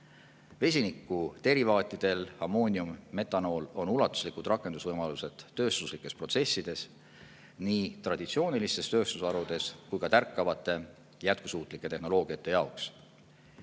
Vesiniku derivaatidel, ammoonium ja metanool, on ulatuslikud rakendusvõimalused tööstuslikes protsessides nii traditsioonilistes tööstusharudes kui ka tärkavate jätkusuutlike tehnoloogiate jaoks.